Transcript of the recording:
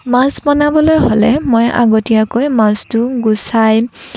মাছ বনাবলৈ হ'লে মই আগতীয়াকৈ মাছটো গুচাই